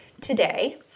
today